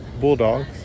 Bulldogs